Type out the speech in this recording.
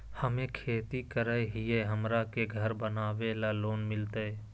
हमे खेती करई हियई, हमरा के घर बनावे ल लोन मिलतई?